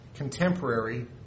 Contemporary